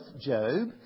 Job